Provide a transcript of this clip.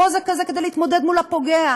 חוזק כזה כדי להתמודד עם הפוגע,